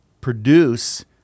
produce